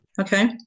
Okay